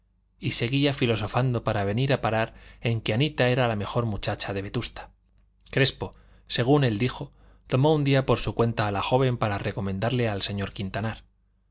y seguía filosofando para venir a parar en que anita era la mejor muchacha de vetusta crespo según él dijo tomó un día por su cuenta a la joven para recomendarle al señor quintanar